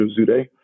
Ozude